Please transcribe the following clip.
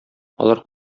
алар